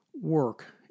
work